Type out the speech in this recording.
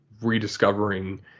rediscovering